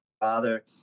father